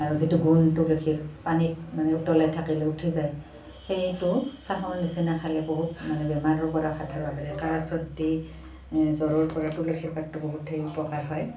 আৰু যিটো গোন্ধ তুলসীৰ পানীত মানে উতলাই থাকিলে উঠি যায় সেইটো চাহৰ নিচিনা খালে বহুত মানে বেমাৰৰ পৰা হাত সাৰিব পাৰি কাঁহ চৰ্দি জ্বৰৰ পৰা তুলসীৰ পাতটো বহুতেই উপকাৰ হয়